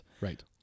Right